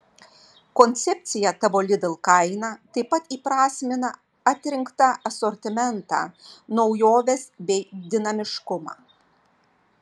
koncepcija tavo lidl kaina taip pat įprasmina atrinktą asortimentą naujoves bei dinamiškumą